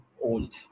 old